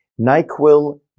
nyquil